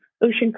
ocean